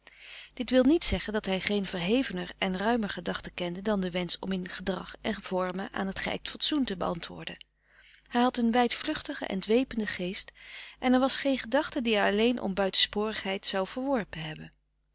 dit wil niet zeggen dat hij geen verhevener en ruimer gedachten kende dan den wensch om in gedrag en vormen aan het geijkt fatsoen te beantwoorden hij had een wijdvluchtigen en dwependen geest en er was geen gedachte die hij alleen om buitensporigheid zou verworpen hebben